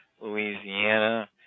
Louisiana